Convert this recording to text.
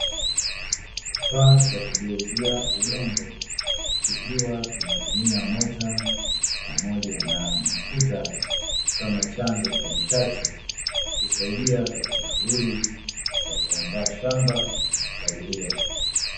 Kifaa cha kugeuzia udongo, kikiwa kina tumia mota pamoja na mafuta kama chanzo cha nishati, kusadia katika shughuli za kuandaa shamba na kupalilia.